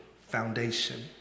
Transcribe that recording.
foundation